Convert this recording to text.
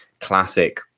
classic